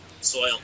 soil